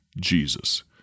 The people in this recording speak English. Jesus